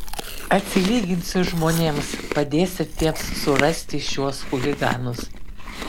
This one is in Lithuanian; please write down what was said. atsilyginsiu žmonėms padėsiantiems surasti šiuos chuliganus